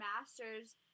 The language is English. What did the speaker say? master's